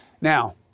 Now